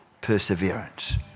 perseverance